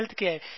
Healthcare